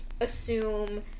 assume